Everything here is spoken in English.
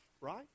right